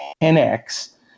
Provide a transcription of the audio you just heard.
10x